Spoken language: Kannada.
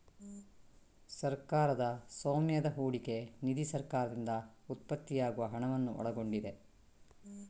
ಸರ್ಕಾರದ ಸ್ವಾಮ್ಯದ ಹೂಡಿಕೆ ನಿಧಿ ಸರ್ಕಾರದಿಂದ ಉತ್ಪತ್ತಿಯಾಗುವ ಹಣವನ್ನು ಒಳಗೊಂಡಿದೆ